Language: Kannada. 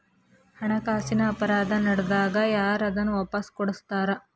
ಹಣಕಾಸಿನ್ ಅಪರಾಧಾ ನಡ್ದಾಗ ಯಾರ್ ಅದನ್ನ ವಾಪಸ್ ಕೊಡಸ್ತಾರ?